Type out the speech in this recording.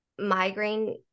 migraine